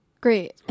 Great